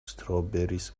strawberries